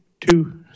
two